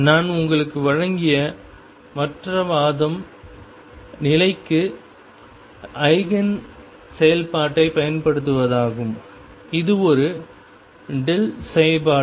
நான் உங்களுக்கு வழங்கிய மற்ற வாதம் நிலைக்கு ஐகேன் செயல்பாட்டைப் பயன்படுத்துவதாகும் இது ஒரு δ செயல்பாடு